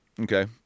okay